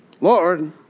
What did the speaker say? Lord